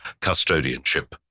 custodianship